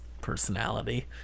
personality